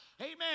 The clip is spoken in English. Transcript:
Amen